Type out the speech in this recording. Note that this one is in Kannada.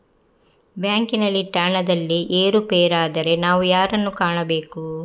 ಬ್ಯಾಂಕಿನಲ್ಲಿ ಇಟ್ಟ ಹಣದಲ್ಲಿ ಏರುಪೇರಾದರೆ ನಾವು ಯಾರನ್ನು ಕಾಣಬೇಕು?